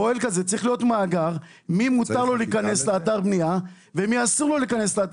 צריך להיות מאגר: למי מותר להיכנס לאתר בנייה ולמי אסור.